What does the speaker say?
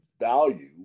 value